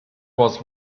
was